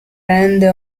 rende